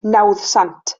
nawddsant